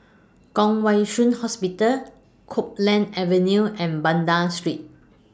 Kwong Wai Shiu Hospital Copeland Avenue and Banda Street